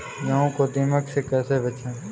गेहूँ को दीमक से कैसे बचाएँ?